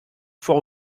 foire